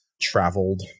traveled